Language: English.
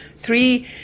three